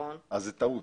אז זו טעות.